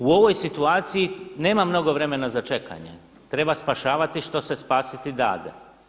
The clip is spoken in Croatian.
U ovoj situaciji nema mnogo vremena za čekanje, treba spašavati što se spasiti dade.